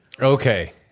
Okay